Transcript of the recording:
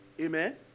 Amen